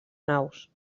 naus